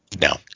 No